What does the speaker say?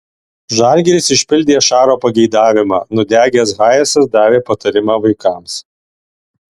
žalgiris išpildė šaro pageidavimą nudegęs hayesas davė patarimą vaikams